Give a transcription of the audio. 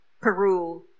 Peru